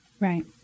Right